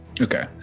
Okay